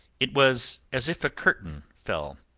it was as if a curtain fell.